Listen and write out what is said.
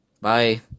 Bye